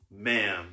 ma'am